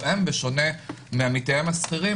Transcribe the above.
אבל הם בשונה מעמיתיהם השכירים,